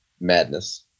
madness